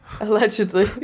allegedly